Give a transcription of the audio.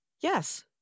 Yes